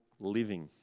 living